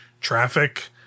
traffic